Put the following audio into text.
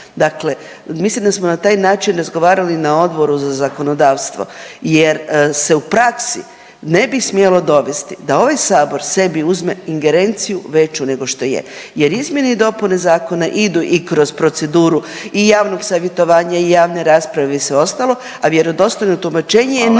dakle mislim da smo na taj način razgovarali na Odboru za zakonodavstvo jer se u praksi ne bi smjelo dovesti da ovaj sabor sebi uzme ingerenciju veću nego što je jer izmjene i dopune zakona idu i kroz proceduru i javnog savjetovanja i javne rasprave i sve ostalo, a vjerodostojno tumačenje je naše